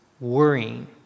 worrying